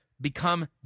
become